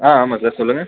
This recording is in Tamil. ஆ ஆமாம் சார் சொல்லுங்கள்